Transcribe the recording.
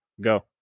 go